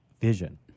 vision